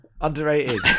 Underrated